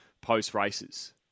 post-races